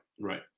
Right